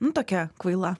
nu tokia kvaila